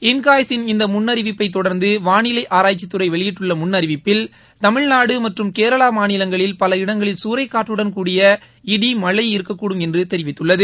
INCOIS இன் இந்த முன்னறிவிப்பை தொடர்ந்து வானிலை ஆராய்ச்சித்துறை வெளியிட்டுள்ள முன்னறிவிப்பில் தமிழ்நாடு மற்றும் கேரளா மாநிலங்களில் பல இடங்களில் குறைக்காற்றடன் கூடிய இடி மழை இருக்கக்கூடும் என்று தெரிவித்துள்ளது